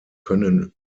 können